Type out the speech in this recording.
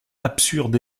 absurde